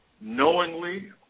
knowingly